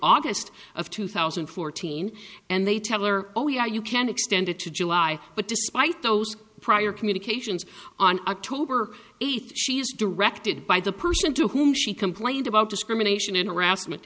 august of two thousand and fourteen and they tell her oh yeah you can extend it to july but despite those prior communications on october eighth she is directed by the person to whom she complained about discrimination and harassment